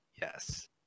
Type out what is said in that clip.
Yes